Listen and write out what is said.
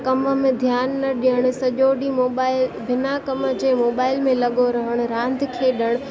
कम में ध्यानु न ॾियणु सॼो ॾींहुं मोबाइल बिना कम जे मोबाइल में लॻो रहणु रांदि खेॾणु